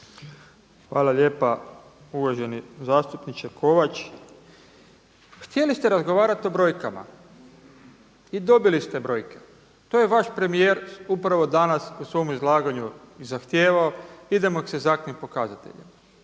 Hvala lijepa uvaženi zastupniče Kovač. Htjeli ste razgovarati o brojkama i dobili ste brojke. To je vaš premijer upravo danas u svom izlaganju zahtijevao idemo sa egzaktnim pokazateljima.